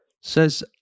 says